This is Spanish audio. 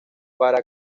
para